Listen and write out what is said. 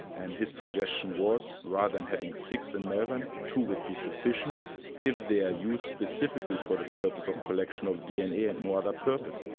and his suggestion was rather than having six in melbourne, two would be sufficient if they're used specifically for the purpose of collection of dna and no other purpose.